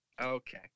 Okay